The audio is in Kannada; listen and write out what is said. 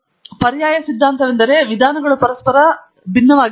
ಇಲ್ಲಿ ಪರ್ಯಾಯ ಸಿದ್ಧಾಂತವೆಂದರೆ ವಿಧಾನಗಳು ಪರಸ್ಪರ ಭಿನ್ನವಾಗಿರುತ್ತವೆ